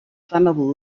flammable